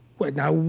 well, now,